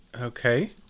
Okay